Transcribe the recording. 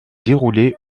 déroulé